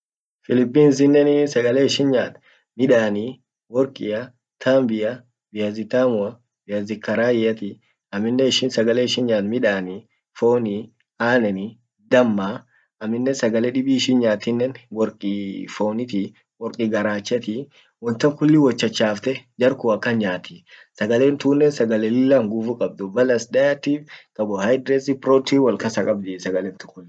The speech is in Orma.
Philipines innen sagale ishin nyaat midani, workia, tambia, viazi tamua, viazi karaiati, amminen ishin sagale ishin nyaat midani, foni, aneni, damma, amminen sagale dibi ishin nyaatinen workii foniti ,worki garachati, won tan kulli wot chachafte, jar kun akan nyaati sagalen tunen sagale lilla nguvu kabdi, balance dietif ,carbohydrates, protein wolkasa kabdi.